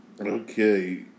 Okay